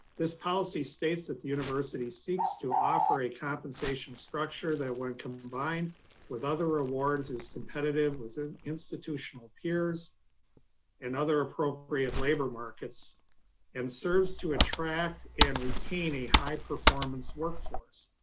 this policy states that the university seeks to offer a compensation structure that when combined with other awards is competitive with ah institutional peers and other appropriate labor markets and serves to attract and retain a high performance workforce.